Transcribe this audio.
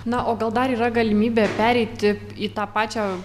na o gal dar yra galimybė pereiti į tą pačią